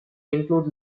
include